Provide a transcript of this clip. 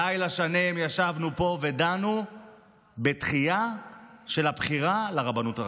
לילה שלם ישבנו פה ודנו בדחייה של הבחירה לרבנות הראשית.